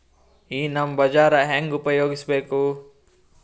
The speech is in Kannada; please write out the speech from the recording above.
ಈ ನಮ್ ಬಜಾರ ಹೆಂಗ ಉಪಯೋಗಿಸಬೇಕು?